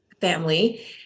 family